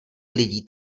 lidí